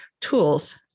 tools